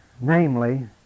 Namely